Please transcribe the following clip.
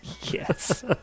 Yes